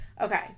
okay